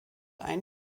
ein